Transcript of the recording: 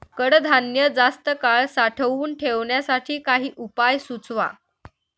कडधान्य जास्त काळ साठवून ठेवण्यासाठी काही उपाय सुचवा?